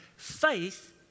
Faith